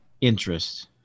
interest